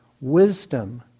wisdom